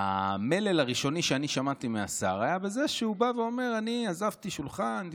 המלל הראשוני שאני שמעתי מהשר היה זה שהוא בא ואומר: אני עזבתי שולחן.